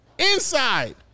Inside